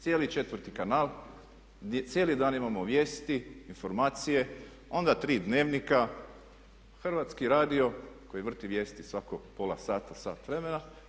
Cijeli 4. kanal, cijeli dan imamo vijesti, informacije, onda tri Dnevnika, Hrvatski radio koji vrti vijesti svako pola sata, sat vremena.